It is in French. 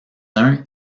uns